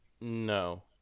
No